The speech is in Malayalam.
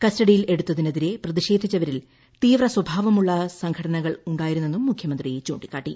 കസ്റ്റഡിയിൽ എടുത്തതിന് എതിരെ പ്രതിഷേധിച്ചവരിൽ തീവ്രസ്വഭാവമുള്ള സംഘടനകൾ ഉണ്ടായിരുന്നെന്നും മുഖ്യമന്ത്രി ചൂണ്ടിക്കാട്ടി